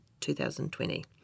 2020